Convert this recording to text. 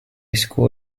school